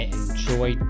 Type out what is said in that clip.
enjoy